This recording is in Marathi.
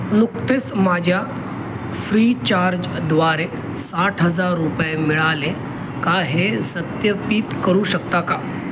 नुकतेच माझ्या फ्रीचार्जद्वारे साठ हजार रुपये मिळाले का हे सत्यापित करू शकता का